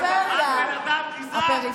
גזען.